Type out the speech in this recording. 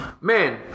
man